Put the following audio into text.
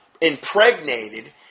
Impregnated